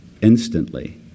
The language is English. instantly